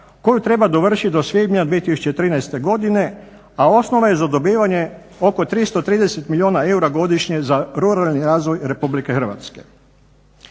koju treba dovršiti do svibnja 2013. godine a osnova je za dobivanje oko 330 milijuna eura godišnje za ruralni razvoj Republike Hrvatske.